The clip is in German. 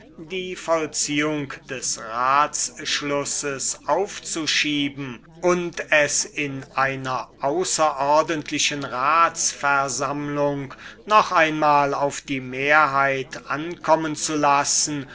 die execution des ratsschlusses aufzuschieben und es in einer außerordentlichen ratsversammlung noch einmal auf die mehrheit ankommen zu lassen